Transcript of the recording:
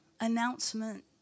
announcement